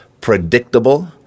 predictable